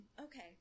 Okay